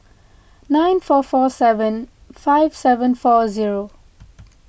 nine four four seven five seven four zero